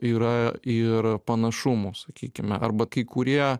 yra ir panašumų sakykime arba kai kurie